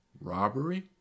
robbery